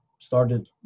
started